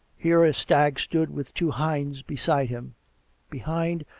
here a stag stood with two hinds beside him behind,